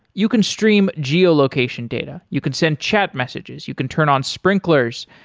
you can stream geo-location data. you can send chat messages, you can turn on sprinklers,